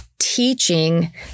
teaching